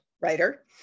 writer